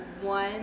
one